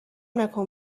نکن